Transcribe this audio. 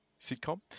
sitcom